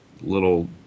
little